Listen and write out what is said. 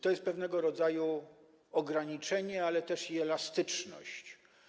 To jest pewnego rodzaju ograniczenie, ale też elastyczność.